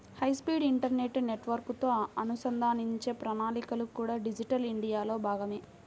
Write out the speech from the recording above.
high speed internet నెట్వర్క్లతో అనుసంధానించే ప్రణాళికలు కూడా డిజిటల్ ఇండియాలో భాగమే